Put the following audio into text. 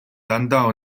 дандаа